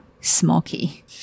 smoky